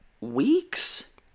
weeks